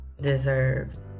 deserve